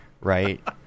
right